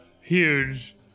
huge